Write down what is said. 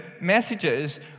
messages